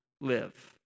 live